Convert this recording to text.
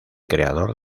creador